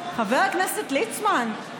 חבר הכנסת ליצמן,